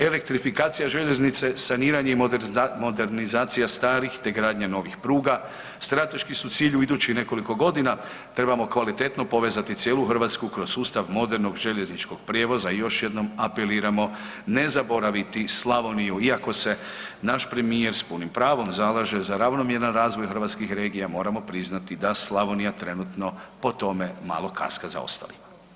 Elektrifikacija željeznice, saniranje i modernizacija starih te gradnja novih pruga strateški su cilj u idućih nekoliko godina trebamo kvalitetno povezati cijelu Hrvatsku kroz sustav modernog željezničkog prijevoza i još jednom apeliramo ne zaboraviti Slavoniju, iako se naš premijer s punim pravom zalaže za ravnomjeran razvoj hrvatskih regija moramo priznati da Slavonija trenutno po tome malo kaska za ostalima.